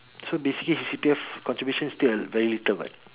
so basically his C_P_F contribution is still at very little [what]